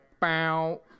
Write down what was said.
bow